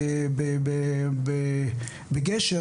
בגשר,